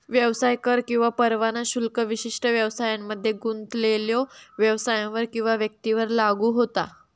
व्यवसाय कर किंवा परवाना शुल्क विशिष्ट व्यवसायांमध्ये गुंतलेल्यो व्यवसायांवर किंवा व्यक्तींवर लागू होता